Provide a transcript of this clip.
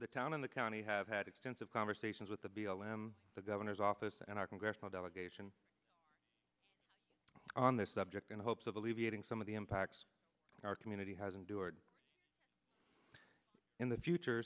the town in the county have had extensive conversations with the b l m the governor's office and our congressional delegation on this subject in hopes of alleviating some of the impacts our community has endured in the future